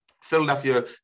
Philadelphia